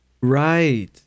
Right